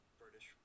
british